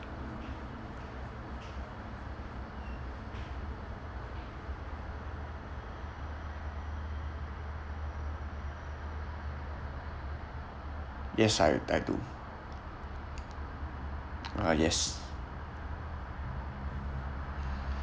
yes I I do uh yes